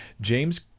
James